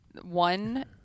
one